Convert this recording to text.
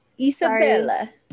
Isabella